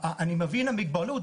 אני מבין את המגבלות,